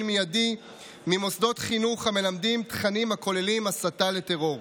מיידי ממוסדות חינוך המלמדים תכנים הכוללים הסתה לטרור,